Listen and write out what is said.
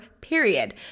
period